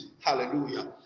Hallelujah